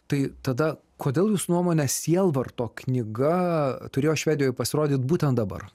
tai tada kodėl jūsų nuomone sielvarto knyga turėjo švedijoj pasirodyt būtent dabar